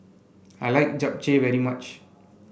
I like Japchae very much